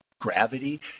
gravity